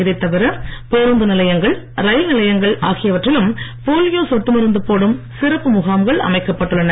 இதைத் தவிர பேருந்து நிலையங்கள் ரயில் நிலையங்கள் ஆகியவற்றிலும் போலியோ சொட்டு மருந்து போடும் சிறப்பு முகாம்கள் அமைக்கப்பட்டுள்ளன